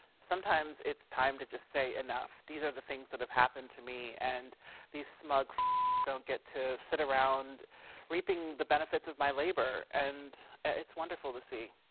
sometimes it's time to just say enough. these are the things that have happened to me. and these smug f don't get to sit around reaping the benefits of my labor. and it's wonderful to see.